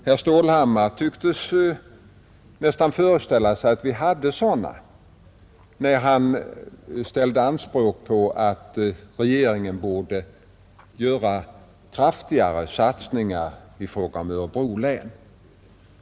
Herr Stålhammar tycktes nästan föreställa sig att vi hade sådana, när han ställde anspråk på att regeringen borde göra kraftigare satsningar i fråga om Örebro län.